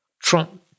Trump